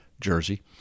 jersey